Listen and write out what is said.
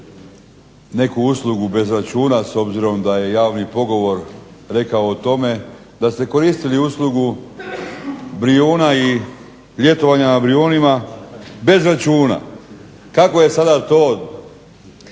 neku uslugu bez računa s obzirom da je javni pogovor rekao o tome da ste koristili uslugu Brijuna i ljetovanja na Brijunima bez računa. Kako je sada to jedno